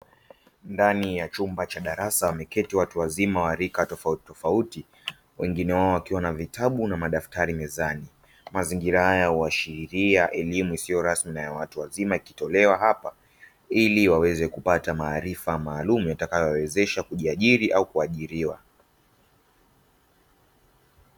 Ndani ya chumba cha darasa, wameketi watu wazima wa rika tofautitofauti, wengine wao wakiwa na vitabu na madaftari mezani. Mazingira haya huashiria elimu isiyo rasmi ya watu wazima, ikitolewa hapa ili waweze kupata maarifa maalumu yatakayowawezesha kujiajiri au kuajiriwa.